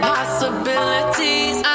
Possibilities